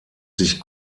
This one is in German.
sich